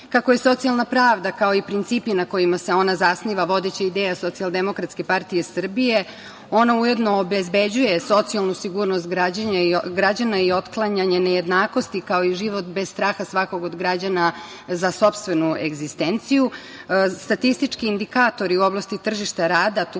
Kako je socijalna pravda, kao i principi na kojima se ona zasniva vodeća ideja Socijaldemokratske partije Srbije, ona ujedno obezbeđuje socijalnu sigurnost građana i otklanjanje nejednakosti, kao i život bez straha svakog od građana za sopstvenu egzistenciju, statistički indikatori u oblasti tržišta rada,